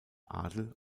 adel